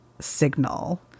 signal